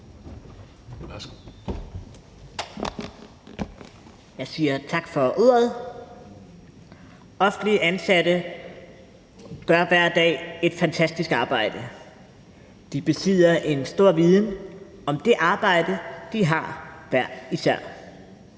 Jeg siger tak for ordet. Offentligt ansatte gør hver dag et fantastisk arbejde. De besidder en stor viden om det arbejde, de har hver især.